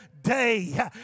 Day